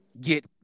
get